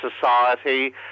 society